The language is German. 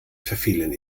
verfehlen